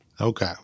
Okay